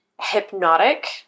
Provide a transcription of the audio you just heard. hypnotic